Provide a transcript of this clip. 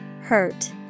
Hurt